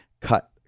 cut